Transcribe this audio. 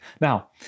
Now